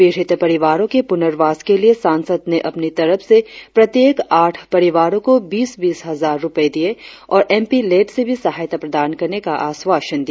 पीड़ित परिवारों के पुनार्वास के लिए सांसद ने अपनी तरफ से प्रत्येक आठ परिवारों को बीस बीस हजार रुपए दिये और एम पी लेड से भी सहायता प्रदान करने का आश्वासन दिया